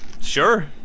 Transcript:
Sure